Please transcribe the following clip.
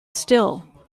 still